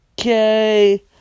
okay